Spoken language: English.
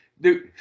dude